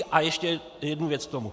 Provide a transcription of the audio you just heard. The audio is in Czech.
A ještě jednu věc k tomu.